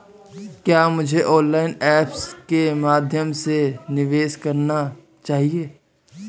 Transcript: क्या मुझे online apps के माध्यम से निवेश करना चाहिए?